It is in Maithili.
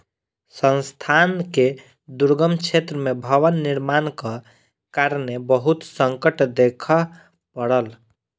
संस्थान के दुर्गम क्षेत्र में भवन निर्माणक कारणेँ बहुत संकट देखअ पड़ल